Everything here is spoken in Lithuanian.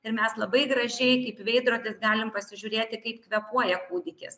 ir mes labai gražiai kaip veidrodis galim pasižiūrėti kaip kvėpuoja kūdikis